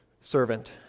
servant